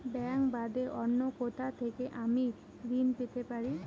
Bank বাদে অন্য কোথা থেকে আমি ঋন পেতে পারি?